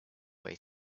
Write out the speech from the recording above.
way